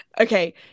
okay